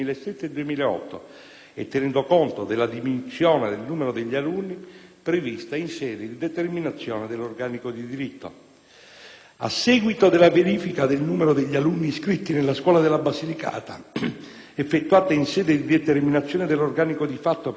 e tenendo conto della diminuzione del numero degli alunni prevista in sede di determinazione dell'organico di diritto. A seguito della verifica del numero degli alunni iscritti alle scuole della Basilicata, effettuata in sede di determinazione dell'organico di fatto per il corrente anno scolastico,